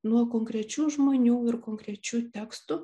nuo konkrečių žmonių ir konkrečių tekstų